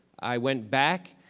i went back,